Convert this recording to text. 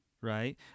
Right